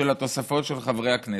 התוספות של חברי הכנסת.